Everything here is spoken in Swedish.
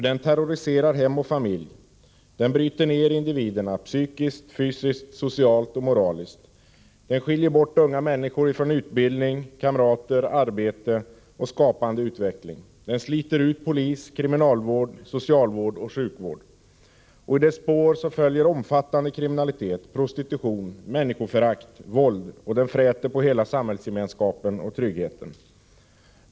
Den terroriserar hem och familj. Den bryter ned individerna — psykiskt, fysiskt, socialt och moraliskt. Den skiljer bort unga människor från utbildning, kamrater, arbete och skapande utveckling. Den sliter ut polis, kriminalvård, socialvård och sjukvård. I dess spår följer omfattande kriminalitet, prostitution, människoförakt och våld. Den fräter på hela samhällsgemenskapen och tryggheten.